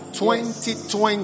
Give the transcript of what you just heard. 2020